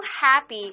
happy